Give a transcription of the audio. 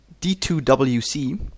d2wc